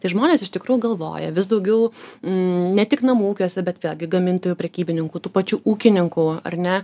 tai žmonės iš tikrųjų galvoja vis daugiau ne tik namų ūkiuose bet vėlgi gamintojų prekybininkų tų pačių ūkininkų ar ne